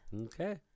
Okay